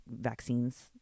vaccines